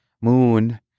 Moon